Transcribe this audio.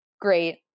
great